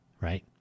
Right